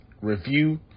review